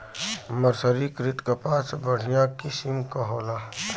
मर्सरीकृत कपास बढ़िया किसिम क होला